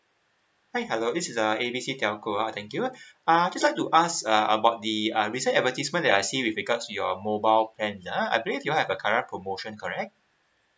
hi hello this is uh A B C telco ah thank you uh just like to ask uh about the uh this advertisement that I see with regards your mobile plan ah I believe you're have a current promotion correct